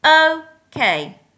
Okay